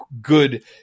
good